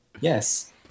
Yes